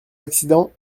accident